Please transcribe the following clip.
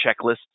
checklists